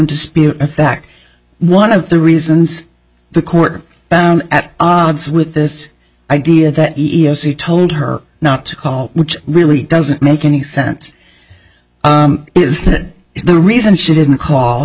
dispute in fact one of the reasons the court found at odds with this idea that e s c told her not to call which really doesn't make any sense is that the reason she didn't call